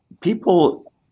people